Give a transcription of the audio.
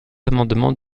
amendement